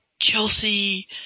Chelsea